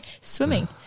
Swimming